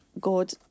God